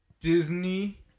Disney